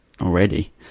already